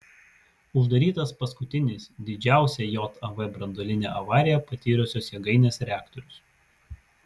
uždarytas paskutinis didžiausią jav branduolinę avariją patyrusios jėgainės reaktorius